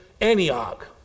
Antioch